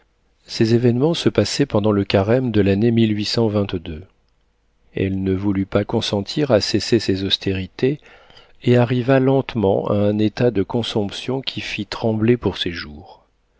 ces événements se passaient pendant le carême de l'année elle ne voulut pas consentir à cesser ses austérités et arriva lentement à un état de consomption qui fit trembler pour ses jours